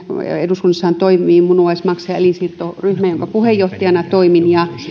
eduskunnassahan toimii myös munuais maksa ja elinsiirtoryhmä jonka puheenjohtajana toimin